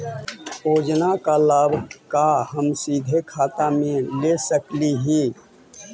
योजना का लाभ का हम सीधे खाता में ले सकली ही?